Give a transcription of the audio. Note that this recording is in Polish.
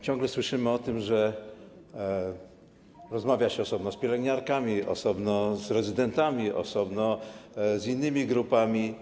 Ciągle słyszymy o tym, że rozmawia się osobno z pielęgniarkami, osobno z rezydentami, osobno z innymi grupami.